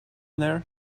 there